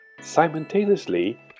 simultaneously